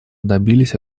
добились